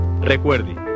Recuerde